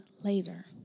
later